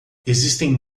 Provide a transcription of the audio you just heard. existem